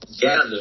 gather